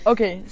Okay